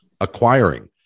acquiring